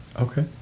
okay